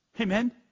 Amen